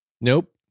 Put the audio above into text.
Nope